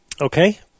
Okay